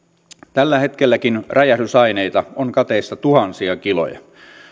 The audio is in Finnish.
tällä hetkelläkin räjähdysaineita on kateissa tuhansia kiloja